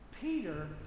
Peter